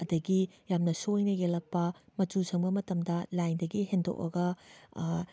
ꯑꯗꯒꯤ ꯌꯥꯝꯅ ꯁꯣꯏꯅ ꯌꯦꯛꯂꯛꯄ ꯃꯆꯨ ꯁꯪꯕ ꯃꯇꯝꯗ ꯂꯥꯏꯟꯗꯒꯤ ꯍꯦꯟꯗꯣꯛꯑꯒ